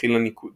מתחיל הניקוד